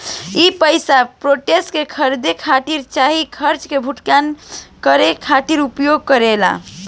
उ पइसा स्टॉक के खरीदे खातिर चाहे खर्चा के भुगतान करे खातिर उपयोग करेला